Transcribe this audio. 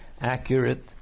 accurate